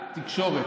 יש לו רק תקשורת.